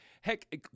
Heck